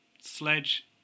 Sledge